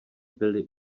byly